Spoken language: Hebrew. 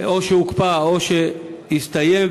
או שהוקפא או שהסתיים,